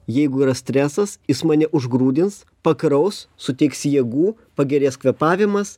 jeigu yra stresas jis mane užgrūdins pakraus suteiks jėgų pagerės kvėpavimas